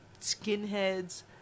skinheads